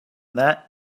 that